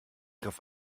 griff